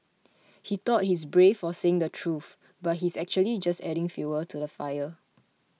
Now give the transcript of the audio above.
he thought he's brave for saying the truth but he's actually just adding fuel to the fire